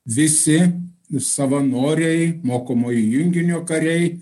visi savanoriai mokomojo junginio kariai